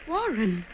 Warren